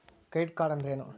Credit card ಅಂದ್ರೇನು?